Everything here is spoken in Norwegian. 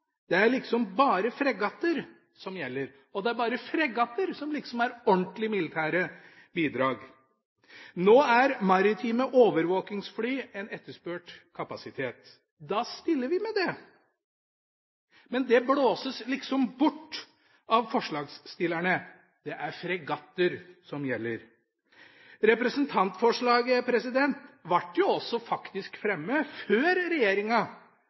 Det er liksom bare fregatter som gjelder. Det er bare fregatter som liksom er ordentlige militære bidrag. Nå er maritime overvåkningsfly en etterspurt kapasitet, da stiller vi med det. Men det blåses liksom bort av forslagsstillerne, det er fregatter som gjelder. Representantforslaget ble faktisk også fremmet før regjeringa